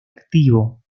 activo